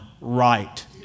right